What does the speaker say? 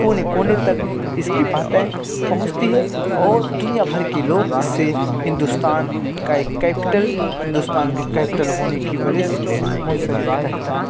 کونے کونے تک اس کی باتیں پہنچتی ہیں اور دنیا بھر کے لوگ اس سے ہندوستان کا ایک کیپٹل ہندوستان کے کیپٹل ہونے کی وجہ سے اس سے منسلک رہتا ہے